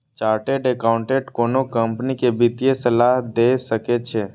chartered accountant कोनो company कें वित्तीय सलाह दए सकै छै